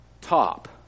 top